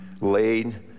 laid